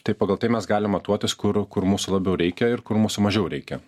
tai pagal tai mes galim matuotis kur kur mūsų labiau reikia ir kur mūsų mažiau reikia